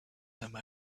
some